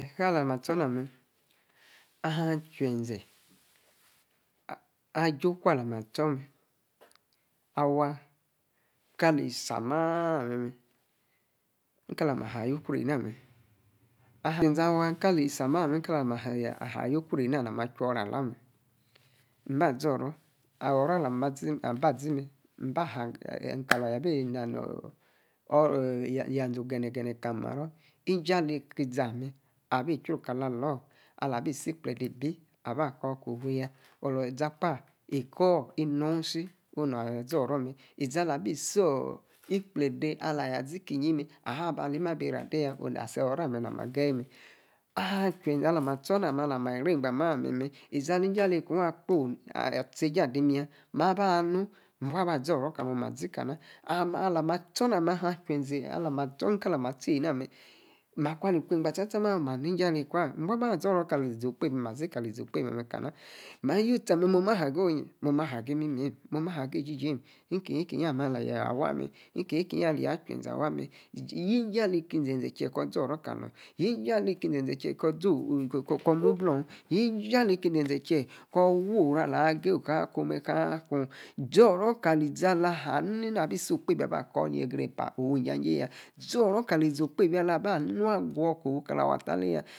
Kaa lama tchoor ha me; ahin achuenze, aji oku alami achoor me awa kaloor eitsaar nanyi me me inka li ami ayuu' kuro eina ha ma chuora alao me; maa zoro. oro alam ba zi me mmbala ami ka lor ya bi na noryanze ogene gene kali maro. inyaleka izame abi churu kali alor. Alabisi ikplede ibi abakoor kofu ya. Eikoor inunsi, onaha zoro me; izi alabisoor ikpledei ala ya zikinyi me aha baa' leim abi raa dei ya, asi ora me na mi agaye me; Ahin achuenze ala mi atchor na me; alami iri eingba nayi me me izi ali inja leko'n akposi atchei ja dim ya, mahaba nuu, mbaba zi ora kalam, ma zi ma? Ala mi achor na me; alami atchor ni kala mi atchor eina me; maku ali kuengba haa cha cha me; maa' nii inja leikua imba bua zoro kali izi okpebi kali izi okpebi ame' kana? Maa yuu tchi ame maa ma haa go'onyim, moma haa gii imimeim, mo ma hagi jijeim. ikinyi ikinyi ame aleyi achuenze awa me; yeiya neiki'nzeze kiye ese koor zoro kiye koor mublung yinja leikinzeze kiye koor wuoru aleyi agayeo wakun me kun. Zooo kali izi ala hanini nunga abi si okpebi aba koor ni yegrepa owinjajei ya. Zoro kali izor okpebi alaba hanini haha ba gwoor kofu kali afu' atalei ya.